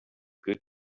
good